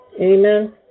Amen